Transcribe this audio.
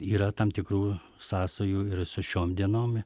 yra tam tikrų sąsajų ir su šiom dienomi